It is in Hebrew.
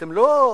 אתם לא אספסוף.